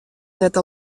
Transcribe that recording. net